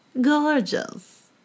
gorgeous